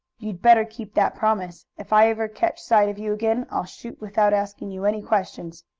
you'd better keep that promise. if i ever catch sight of you again i'll shoot without asking you any questions!